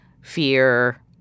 fear